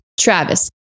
Travis